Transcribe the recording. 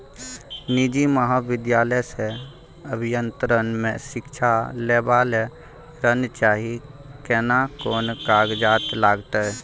निजी महाविद्यालय से अभियंत्रण मे शिक्षा लेबा ले ऋण चाही केना कोन कागजात लागतै?